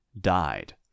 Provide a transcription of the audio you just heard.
died